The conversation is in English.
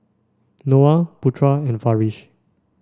Noah Putra and Farish